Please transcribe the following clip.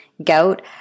gout